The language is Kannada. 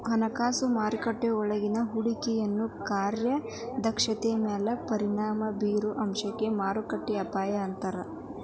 ಹಣಕಾಸು ಮಾರುಕಟ್ಟೆಯೊಳಗ ಹೂಡಿಕೆಗಳ ಕಾರ್ಯಕ್ಷಮತೆ ಮ್ಯಾಲೆ ಪರಿಣಾಮ ಬಿರೊ ಅಂಶಕ್ಕ ಮಾರುಕಟ್ಟೆ ಅಪಾಯ ಅಂತಾರ